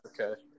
okay